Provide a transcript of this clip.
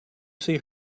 see